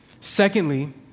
Secondly